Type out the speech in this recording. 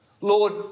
Lord